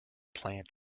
plant